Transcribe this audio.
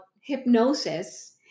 hypnosis